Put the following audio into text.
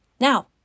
Now